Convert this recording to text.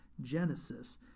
Genesis